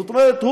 זאת אומרת,